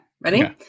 Ready